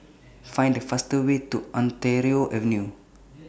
Find The fastest Way to Ontario Avenue